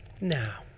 now